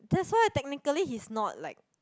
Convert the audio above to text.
that's why technically he's not like